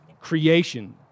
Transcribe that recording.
creation